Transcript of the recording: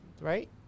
right